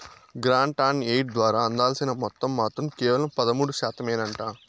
grant on aid ద్వారా అందాల్సిన మొత్తం మాత్రం కేవలం పదమూడు శాతమేనంట